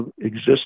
exist